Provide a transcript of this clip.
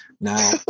Now